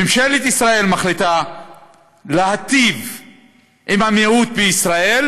ממשלת ישראל מחליטה להיטיב עם המיעוט בישראל,